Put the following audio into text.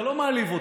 מעליב אותי.